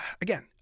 again